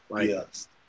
Yes